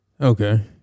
Okay